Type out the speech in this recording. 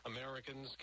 Americans